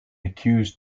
accused